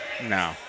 No